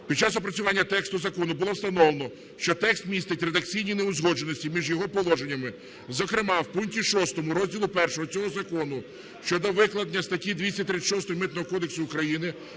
Під час опрацювання тексту закону було встановлено, що текст містить редакційні неузгодженості між його положеннями, зокрема в пункті 6 розділу І цього закону щодо викладення статті 236 Митного кодексу України